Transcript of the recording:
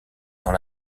dans